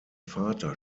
vater